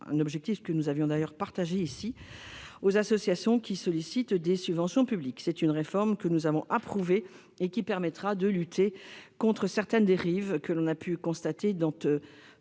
un objectif que nous partagions -aux associations sollicitant des subventions publiques. C'est une réforme que nous avons approuvée et qui permettra de lutter contre certaines dérives que l'on a pu constater dans une partie